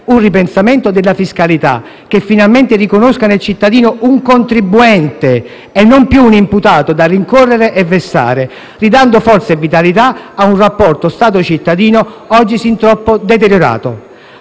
un ripensamento della fiscalità che, finalmente, riconosca nel cittadino un contribuente e non più un imputato da rincorrere e vessare, ridando forza e vitalità a un rapporto Stato-cittadino oggi sin troppo deteriorato.